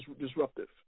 disruptive